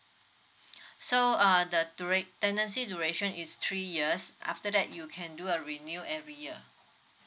so uh the dura~ tenancy duration is three years after that you can do a renew every year